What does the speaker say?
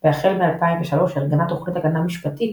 והחל מ־2003 ארגנה תוכנית הגנה משפטית